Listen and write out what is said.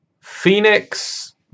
Phoenix